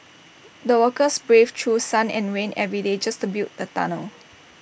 the workers braved through sun and rain every day just to build the tunnel